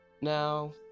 Now